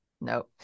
no